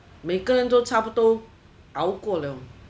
每个人都差不多熬过了